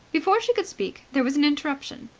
before she could speak, there was an interruption.